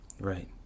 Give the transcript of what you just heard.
right